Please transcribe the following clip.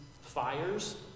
fires